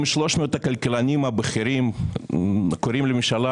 אם 400 הכלכלנים הבכירים קוראים לממשלה